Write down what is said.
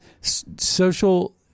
social